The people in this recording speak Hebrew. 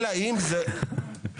אל אם זה --- ממש.